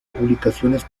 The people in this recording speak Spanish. publicaciones